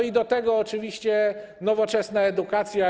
I do tego oczywiście nowoczesna edukacja.